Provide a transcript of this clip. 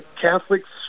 Catholics